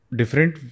different